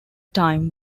time